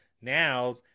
Now